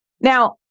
Now